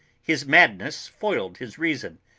his madness foiled his reason,